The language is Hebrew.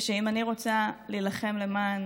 ושאם אני רוצה להילחם למען